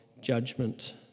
judgment